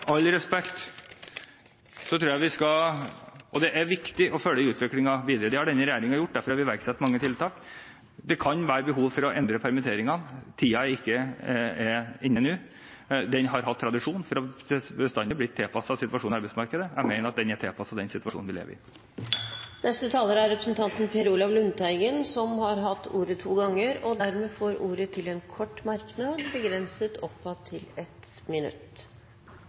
følge utviklingen videre. Det har denne regjeringen gjort, og derfor har vi iverksatt mange tiltak. Det kan bli behov for å endre permitteringsregelverket. Tiden er ikke inne for det nå. Det har bestandig vært tradisjon for å tilpasse det til situasjonen i arbeidsmarkedet. Jeg mener regelverket er tilpasset den situasjonen vi er i. Representanten Per Olaf Lundteigen har hatt ordet to ganger tidligere i debatten og får ordet til en kort merknad, begrenset til 1 minutt.